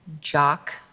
jock